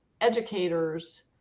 educators